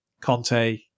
Conte